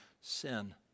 sin